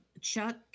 Chuck